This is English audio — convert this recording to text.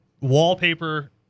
wallpaper